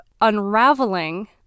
Unraveling